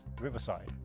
Riverside